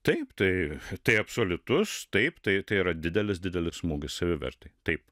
taip tai tai absoliutus taip tai yra didelis didelis smūgis savivertei taip